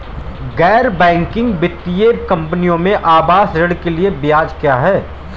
गैर बैंकिंग वित्तीय कंपनियों में आवास ऋण के लिए ब्याज क्या है?